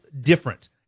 different